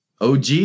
OG